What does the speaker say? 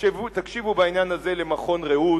תקשיבו בעניין הזה למכון "ראות",